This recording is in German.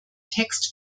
text